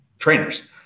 trainers